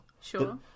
Sure